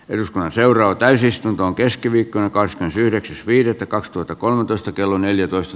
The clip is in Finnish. eduskunnan seuraa täysistuntoon keskiviikkona kais yhdeksäs viidettä kaksituhattakolmetoista kello neljätoista